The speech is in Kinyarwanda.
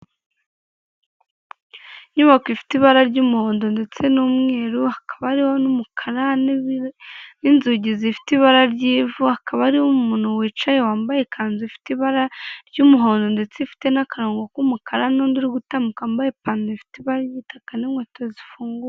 Inyubako ifite ibara ry'umuhondo ndetse n'umweru, hakaba hariho n'umukara n'inzugi zifite ibara ry'ivu, hakaba harimo muntu wicaye wambaye ikanzu ifite ibara ry'umuhondo ndetse ifite n'akarongo k'umukara, n'undi uri gutambuka wambaye ipantaro ifite ibara igitaka n'inkweto zifunguye.